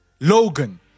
Logan